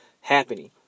happening